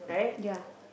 ya